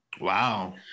wow